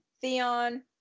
Theon